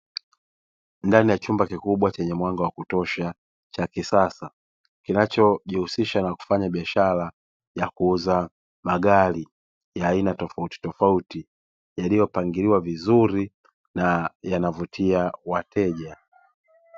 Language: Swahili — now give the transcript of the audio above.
Ndani ya chumba kikubwa chenye mwanga wa kutosha cha kisasa kinachojihusisha na kufanya biashara ya kuuza magari ya aina tofautitofauti, yaliyopangiliwa vizuri na yanavutia wateja.